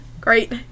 great